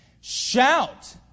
Shout